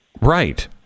Right